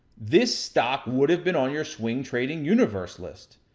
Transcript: this stock, would have been on your swing trading universe list.